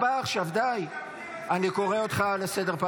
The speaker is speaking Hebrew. משתמטים מצביעים נגד, נגד חיילי צה"ל.